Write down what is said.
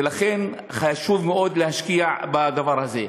ולכן חשוב מאוד להשקיע בדבר הזה.